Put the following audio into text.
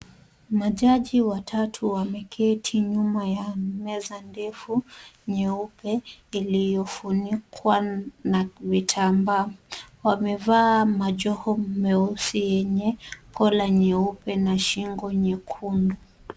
Majaji watatu wameketi nyuma ya meza ndefu nyeupe iliyofunikwa na vitambaa. Wamevaa majoho meusi yenye kola nyeupe na shingo nyekundu.